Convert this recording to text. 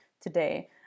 today